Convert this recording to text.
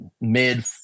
mid